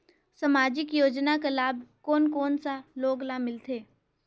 समाजिक योजना कर लाभ कोन कोन सा लोग ला मिलथे?